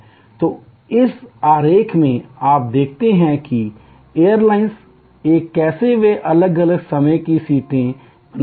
तो इस आरेख में आप देखते हैं कि एयरलाइन ए कैसे वे अलग अलग समय की सीटें बनाते हैं